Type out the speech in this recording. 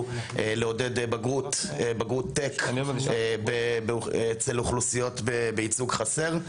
לעודד בגרות טק אצל אוכלוסיות בייצוג חסר.